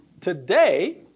Today